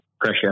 pressure